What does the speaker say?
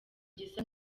gisa